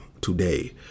today